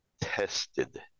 tested